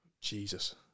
Jesus